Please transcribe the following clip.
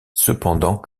cependant